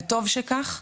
וטוב שכך,